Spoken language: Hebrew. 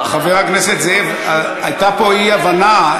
חבר הכנסת זאב, הייתה פה אי-הבנה.